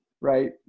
right